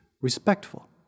respectful